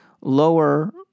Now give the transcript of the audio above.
lower